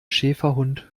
schäferhund